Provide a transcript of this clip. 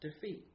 defeat